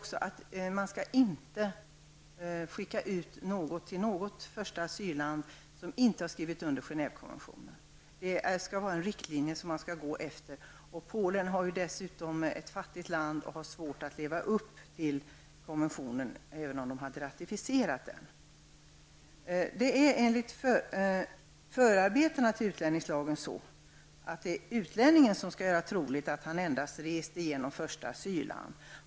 Vi anser att man inte skall skicka någon tillbaka till ett första asylland som inte har skrivit under Genèvekonventionen. Detta skall vara en riktlinje. Polen är dessutom ett fattigt land som har svårt att leva upp till konventionen även om man har raticiferat den. Enligt förarbetena till utlänningslagen är det utlänningen som skall göra det troligt att han endast reste igenom första asylland.